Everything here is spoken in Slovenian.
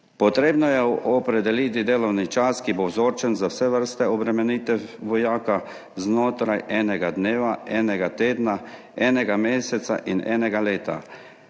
Potrebno je opredeliti delovni čas, ki bo vzorčen za vse vrste obremenitev vojaka znotraj enega dneva, enega tedna, enega meseca in enega leta.